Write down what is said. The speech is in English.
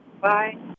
Bye